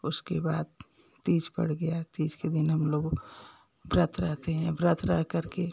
उसके बाद तीज पड़ गया तीज के दिन हम लोग व्रत रहते हैं व्रत रह कर के